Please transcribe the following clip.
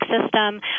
system